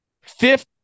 fifth